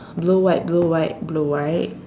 blue white blue white blue white